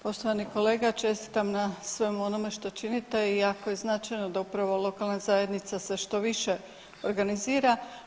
Poštovani kolega čestitam na svemu onome što činite i jako je značajno da upravo lokalna zajednica se što više organizira.